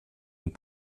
und